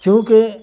کیونکہ